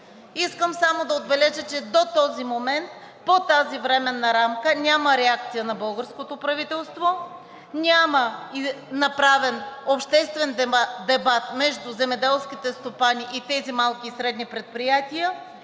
Искам само да отбележа, че до този момент по тази временна рамка няма реакция на българското правителство, няма направен обществен дебат между земеделските стопани и тези малки и средни предприятия